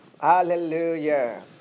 Hallelujah